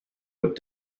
but